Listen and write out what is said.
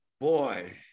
boy